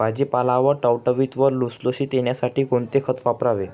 भाजीपाला टवटवीत व लुसलुशीत येण्यासाठी कोणते खत वापरावे?